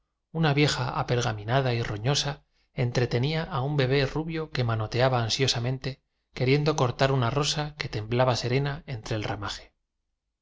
una vieja apergaminada y roñosa entretenía a un bebé rubio que manoteaba ansiosa mente queriendo cortar una rosa que tem blaba serena entre el ramaje mas